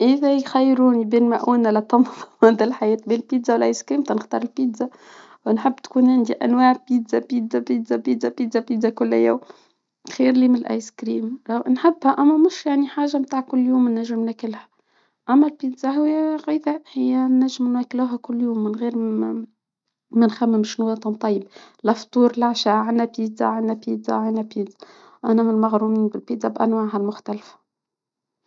اذا يخيروني بين مؤونة لمدى الحياة بالبيتزا والايس كرين بنختار البيتزا ونحب تكون عندي انواع البيتزا بيتزا بيتزا بيتزا بيتزا بيتزا كل يوم. خير لي من الايس كريم نحطها انا نص يعني حاجة متاع كل يوم نجم ناكلها. اما البيتزا هي نجم ناكلوها كل يوم من غير مم مانخممش نوات ونطيب لا فطور لا عشا عندنا بيزا عنا بيزا عنا انا من المغرومين بانواعها المختلفة